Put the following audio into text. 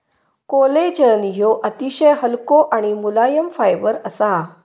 collagen ह्यो अतिशय हलको आणि मुलायम फायबर असा